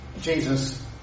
Jesus